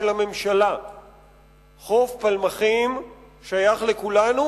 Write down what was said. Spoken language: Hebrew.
חוף פלמחים שייך לכולנו,